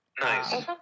nice